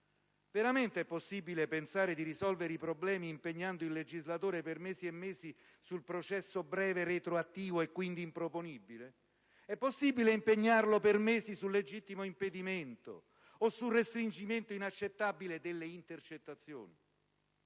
veramente possibile pensare di risolvere i problemi impegnando il legislatore per mesi e mesi sul processo breve retroattivo, e quindi improponibile? È possibile impegnarlo per mesi sul legittimo impedimento o sul restringimento inaccettabile delle intercettazioni?